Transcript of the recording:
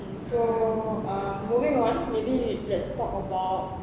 okay so uh moving on maybe let's talk about